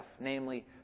namely